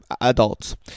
adults